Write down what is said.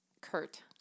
Kurt